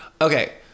Okay